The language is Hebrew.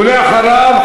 ואחריו,